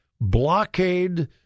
blockade